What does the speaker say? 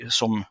som